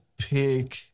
pick